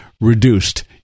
reduced